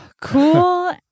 Cool